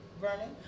Vernon